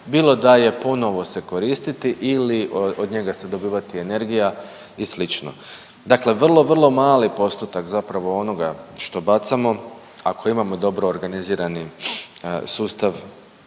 bilo da je ponovo se koristiti ili od njega se dobivati energija i sl.. Dakle, vrlo, vrlo mali postotak zapravo onoga što bacamo ako imamo dobro organizirani sustav